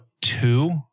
two